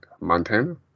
Montana